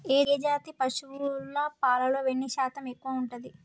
ఏ జాతి పశువుల పాలలో వెన్నె శాతం ఎక్కువ ఉంటది?